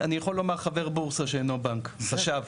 אני יכול לומר חבר בורסה שאינו בנק, חשב.